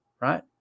Right